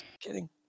Kidding